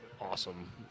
awesome